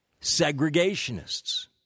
segregationists